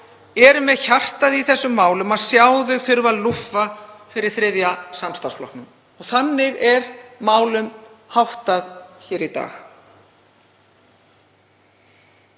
eru með hjartað í þessum málum, að sjá þau þurfa að lúffa fyrir þriðja samstarfsflokknum. Þannig er málum háttað hér í dag.